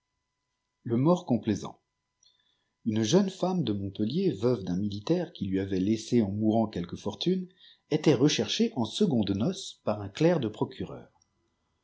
le mort complaisant une jeune femme de montpellier veuve d'un militaire qui lui avait laissé en mourant quelque fortune était recherchée en secondes noces par un clerc de procureur